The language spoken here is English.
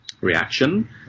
reaction